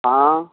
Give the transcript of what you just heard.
हँ